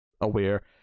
aware